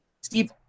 Steve